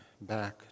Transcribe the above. back